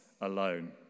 alone